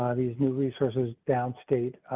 ah these new resources downstate,